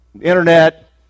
internet